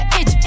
itch